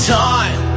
time